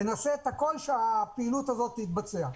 ונעשה את הכול שהפעילות הזאת תתבצע.